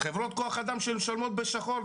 חברות כוח אדם שמשלמות בשחור.